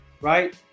right